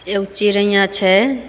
एगो चिड़ैयाँ छै